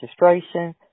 registration